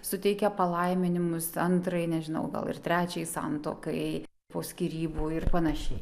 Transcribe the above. suteikia palaiminimus antrai nežinau gal ir trečiai santuokai po skyrybų ir panašiai